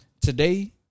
today